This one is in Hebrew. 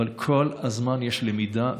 אבל כל הזמן יש למידה,